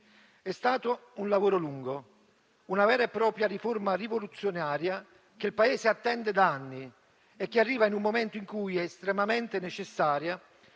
È stato un lavoro lungo, una vera e propria riforma rivoluzionaria che il Paese attende da anni e che arriva in un momento in cui è estremamente necessaria